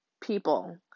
people